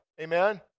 Amen